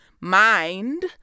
mind